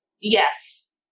Yes